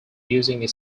using